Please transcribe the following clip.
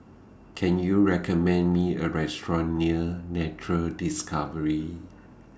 Can YOU recommend Me A Restaurant near Nature Discovery